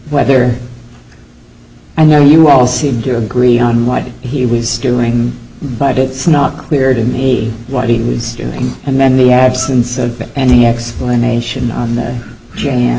weather i know you all seem to agree on what he was doing but it's not clear to me what he was doing and then the absence of any explanation on